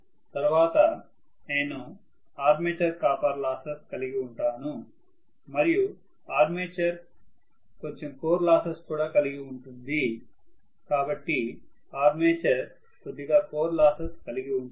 తర్వాత నేను armature copper losses కలిగివుంటాను మరియు ఆర్మేచర్ కొంచెం కోర్ లాసెస్ కూడా కలిగి ఉంటుంది కాబట్టి ఆర్మేచర్ కొద్దిగా కోర్ లాసెస్ కలిగి ఉంటుంది